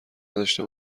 نداشته